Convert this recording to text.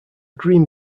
green